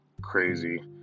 crazy